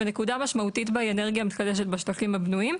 ונקודה משמעותית בה היא אנרגיה מתחדשת בשטחים הבנויים.